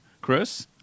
Chris